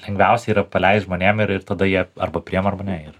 lengviausia yra paleist žmonėm ir ir tada jie arba priėma arba ne jie